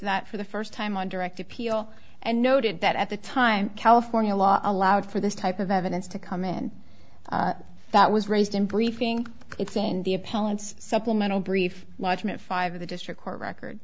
that for the first time on direct appeal and noted that at the time california law allowed for this type of evidence to come in that was raised in briefing it's in the appellate supplemental brief lodgment five of the district court record